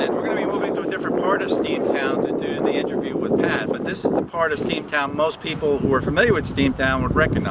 and we're going to be moving to a different part of steamtown to do the interview with pat. but this is the part of steamtown most people who are familiar with steamtown would